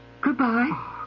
Goodbye